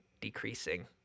decreasing